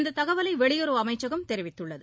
இந்த தகவலை வெளியுறவு அமைச்சகம் தெரிவித்துள்ளது